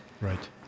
right